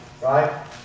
right